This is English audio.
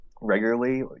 regularly